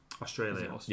Australia